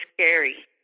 scary